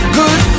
good